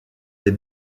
des